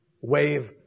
wave